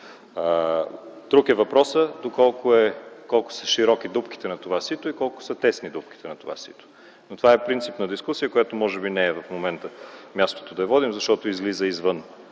Друг е въпросът колко широки или колко тесни са дупките на това сито. Но това е принципна дискусия, която може би не е в момента мястото да я водим, защото излиза извън